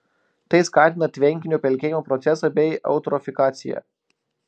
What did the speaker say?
tai skatina tvenkinio pelkėjimo procesą bei eutrofikaciją